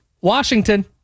Washington